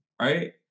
right